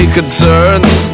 concerns